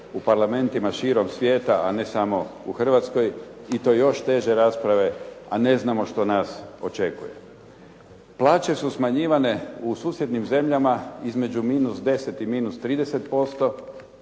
u parlamentima širom svijeta a ne samo u Hrvatskoj i to još teže rasprave a ne znamo što nas očekuje. Plaće su smanjivane u susjednim zemljama između minus 10 i minus 30%,